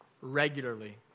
regularly